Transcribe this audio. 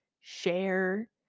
share